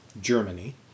Germany